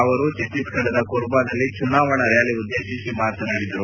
ಅವರು ಛತ್ತೀಸ್ಗಡದ ಕೋರ್ಬಾದಲ್ಲಿ ಚುನಾವಣಾ ರ್ನಾಲಿ ಉದ್ದೇಶಿಸಿ ಅವರು ಮಾತನಾಡಿದರು